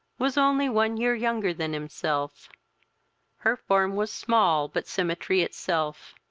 was only one year younger than himself her form was small, but symmetry itself,